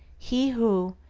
he who,